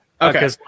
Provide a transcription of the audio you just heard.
Okay